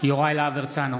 יוראי להב הרצנו,